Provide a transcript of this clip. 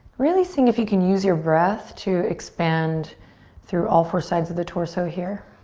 really seeing if you can use your breath to expand through all four sides of the torso here.